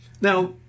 Now